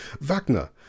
Wagner